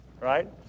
right